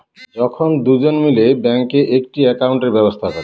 যখন দুজন মিলে ব্যাঙ্কে একটি একাউন্টের ব্যবস্থা করে